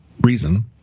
reason